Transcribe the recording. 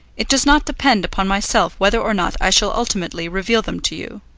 it does not depend upon myself whether or not i shall ultimately reveal them to you.